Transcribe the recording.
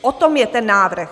O tom je ten návrh.